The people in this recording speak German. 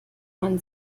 man